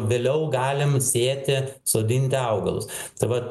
vėliau galim sėti sodinti augalus tai vat